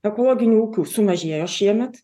ekologinių ūkių sumažėjo šiemet